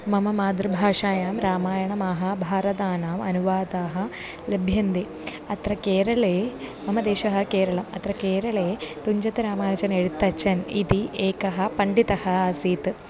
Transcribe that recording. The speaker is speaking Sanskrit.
मम मातृभाषायां रामायणमाहाभारतानाम् अनुवादाः लभ्यन्ते अत्र केरळे मम देशः केरळम् अत्र केरळे तुञ्जतुरामानुचन् एळुतच्चन् इति एकः पण्डितः आसीत्